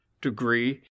degree